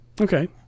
Okay